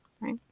right